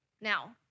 Now